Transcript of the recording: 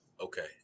okay